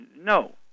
No